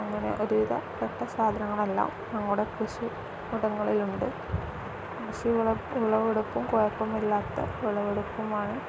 അങ്ങനെ ഒരുവിധപ്പെട്ട സാധനങ്ങളെല്ലാം നമ്മുടെ കൃഷിയിടങ്ങളിൽ ഉണ്ട് കൃഷി വിളവെടുപ്പും കുഴപ്പമില്ലാത്ത വിളവെടുപ്പുമാണ്